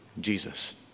Jesus